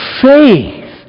faith